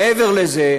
מעבר לזה,